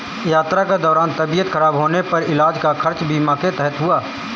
यात्रा के दौरान तबियत खराब होने पर इलाज का खर्च बीमा के तहत हुआ